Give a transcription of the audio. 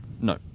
No